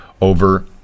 over